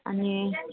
अनि